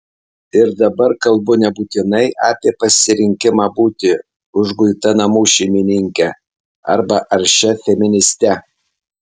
ir dabar kalbu nebūtinai apie pasirinkimą būti užguita namų šeimininke arba aršia feministe